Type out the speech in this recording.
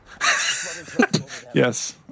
Yes